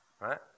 Right